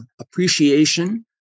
appreciation